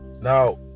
Now